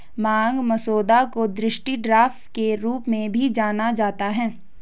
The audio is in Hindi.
मांग मसौदा को दृष्टि ड्राफ्ट के रूप में भी जाना जाता है